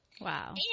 Wow